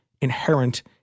inherent